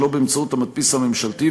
שלא באמצעות המדפיס הממשלתי,